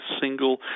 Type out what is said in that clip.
single –